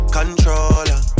controller